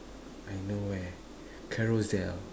I know where carousell